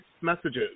messages